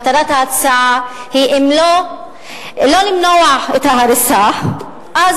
מטרת ההצעה היא אם לא למנוע את ההריסה אז